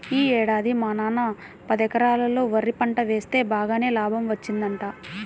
యీ ఏడాది మా నాన్న పదెకరాల్లో వరి పంట వేస్తె బాగానే లాభం వచ్చిందంట